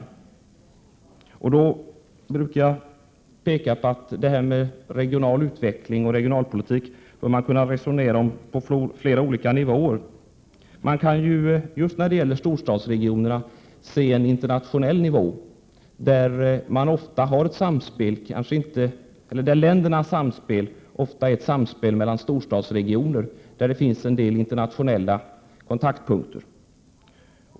I det sammanhanget brukar jag peka på att man på flera olika nivåer bör kunna resonera om detta med regional utveckling och regionalpolitik. Man kan ju just när det gäller storstadsregionerna se en internationell nivå, där länderna har ett samspel mellan storstadsregionerna där det finns en del internationella kontaktpunkter.